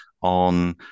on